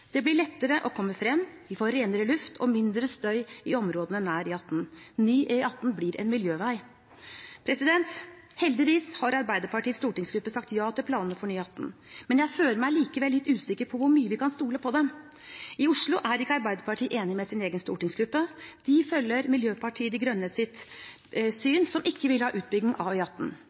Det blir lettere å komme fram, vi får renere luft og mindre støy i områdene nær E18. Ny E18 blir en miljøvei. Heldigvis har Arbeiderpartiets stortingsgruppe sagt ja til planene for ny E18, men jeg føler meg likevel litt usikker på hvor mye vi kan stole på dem. I Oslo er ikke Arbeiderpartiet enig med sin egen stortingsgruppe. De følger Miljøpartiet De Grønnes syn, som ikke vil ha utbygging av